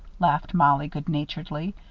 laughed mollie, good-naturedly,